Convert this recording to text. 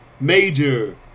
Major